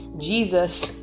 jesus